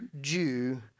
Jew